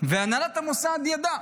והנהלת המוסד ידעה.